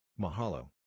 Mahalo